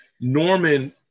Norman